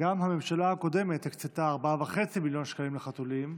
גם הממשלה הקודמת הקצתה 4.5 מיליון שקלים לחתולים.